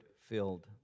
filled